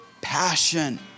passion